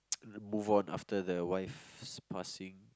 move on after the wife's passing